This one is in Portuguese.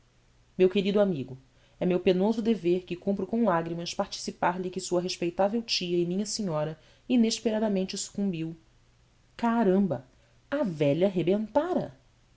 meu querido amigo e meu penoso dever que cumpro com lágrimas participar-lhe que sua respeitável tia e minha senhora inesperadamente sucumbiu caramba a velha rebentara